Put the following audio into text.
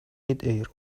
midair